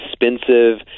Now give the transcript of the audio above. expensive